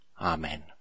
Amen